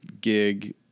gig